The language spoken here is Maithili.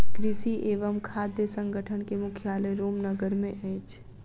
कृषि एवं खाद्य संगठन के मुख्यालय रोम नगर मे अछि